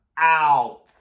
out